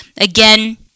again